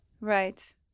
Right